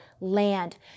land